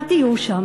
אל תהיו שם.